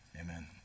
Amen